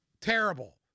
Terrible